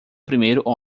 primeiro